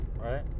right